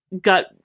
Got